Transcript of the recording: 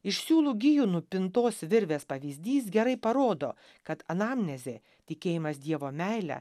iš siūlų gijų nupintos virvės pavyzdys gerai parodo kad anamnezė tikėjimas dievo meile